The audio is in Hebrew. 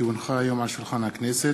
כי הונחה היום על שולחן הכנסת,